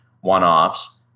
one-offs